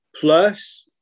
plus